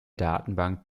datenbank